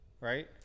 right